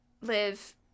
live